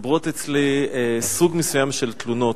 ומצטבר אצלי סוג מסוים של תלונות.